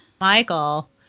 Michael